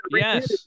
yes